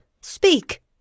speak